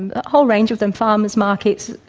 and a whole range of them, farmers' markets,